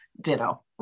Ditto